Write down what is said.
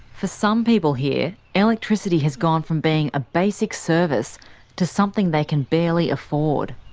for some people here, electricity has gone from being a basic service to something they can barely afford.